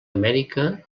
amèrica